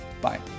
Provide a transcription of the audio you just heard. Bye